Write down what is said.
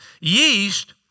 Yeast